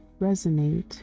resonate